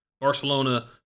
Barcelona